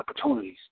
opportunities